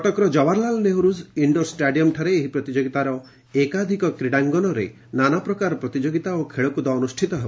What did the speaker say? କଟକର Jawaharlal Nehru indoor stadium ସହିତ ଏହି ପ୍ରତିଯୋଗିତାର ଏକାଧିକ କ୍ରୀଡ଼ାଙ୍ଗନରେ ନାନା ପ୍ରକାର ପ୍ରତିଯୋଗିତା ଓ ଖେଳକୁଦ୍ଦ ଅନୁଷ୍ଠିତ ହେବ